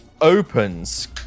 opens